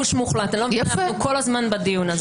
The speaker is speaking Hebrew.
מצד אחד אנחנו רוצים למזג את